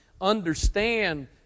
understand